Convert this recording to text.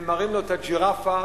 ומראים לו את הג'ירפה,